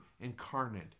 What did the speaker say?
incarnate